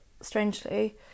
strangely